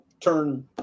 turn